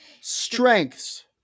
strengths